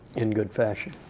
in good fashion.